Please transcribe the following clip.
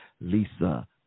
Lisa